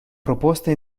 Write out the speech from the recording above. proposta